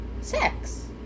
sex